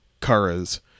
Kara's